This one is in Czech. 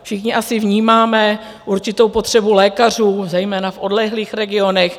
Všichni asi vnímáme určitou potřebu lékařů, zejména v odlehlých regionech.